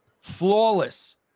flawless